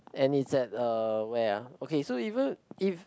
and it's at uh where are okay so even if